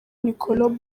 niccolo